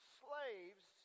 slaves